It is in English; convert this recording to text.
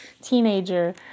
teenager